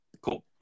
cool